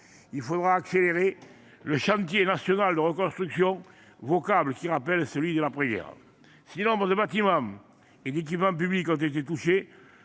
il faut accélérer le chantier national de reconstruction, vocable qui rappelle celui de l’après guerre. Si nombre de bâtiments et équipements publics ont été touchés,